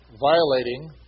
violating